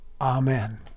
Amen